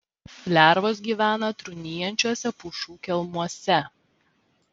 lervos gyvena trūnijančiuose pušų kelmuose